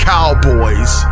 Cowboys